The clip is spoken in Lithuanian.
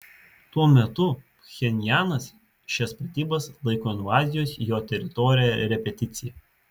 tuo metu pchenjanas šias pratybas laiko invazijos į jo teritoriją repeticija